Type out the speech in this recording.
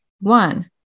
one